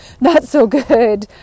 not-so-good